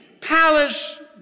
palace